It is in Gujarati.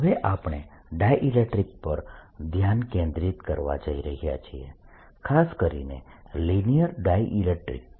હવે આપણે ડાયઈલેક્ટ્રીકસ પર ધ્યાન કેન્દ્રિત કરવા જઈ રહ્યા છીએ ખાસ કરીને લિનીયર ડાયઈલેક્ટ્રીકસ